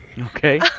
Okay